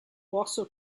also